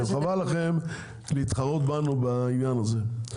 אנחנו נשמח לשתף פעולה חבל לכם להתחרות בנו בעניין הזה.